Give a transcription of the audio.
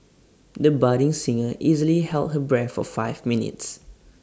the budding singer easily held her breath for five minutes